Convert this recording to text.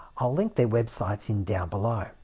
i'll link their web sites in down below.